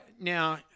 Now